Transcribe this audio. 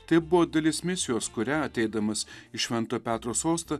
tai buvo dalis misijos kurią ateidamas į šventojo petro sostą